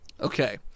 Okay